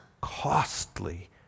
costly